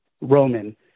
Roman